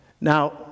Now